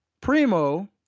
primo